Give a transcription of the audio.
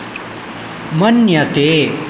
मन्यते